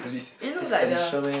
it looks like the